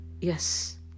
Yes